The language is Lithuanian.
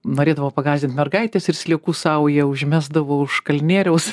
norėdavo pagąsdint mergaitės ir sliekų saują užmesdavo už kalnieriaus